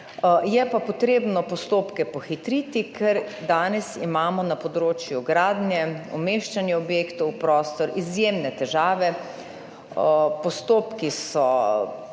Je pa potrebno postopke pohitriti, ker danes imamo na področju gradnje, umeščanja objektov v prostor izjemne težave. Postopki so